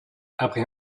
après